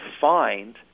find